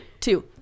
two